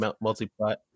multi-plot